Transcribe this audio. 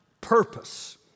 purpose